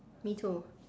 me too